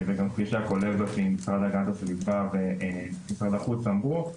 וגם כפי שהקולגות ממשרד הגנת הסביבה ומשרד החוץ אמרו.